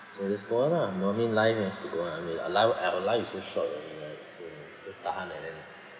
so just go on ah normally life you have to go on I mean our li~ eh our lives is so short already so just tahan lah then